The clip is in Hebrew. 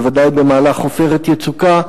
בוודאי במהלך "עופרת יצוקה",